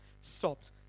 stopped